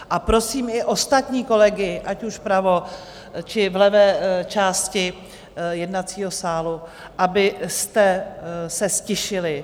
A prosím i ostatní kolegy, ať už vpravo, či v levé části jednacího sálu, aby se ztišili.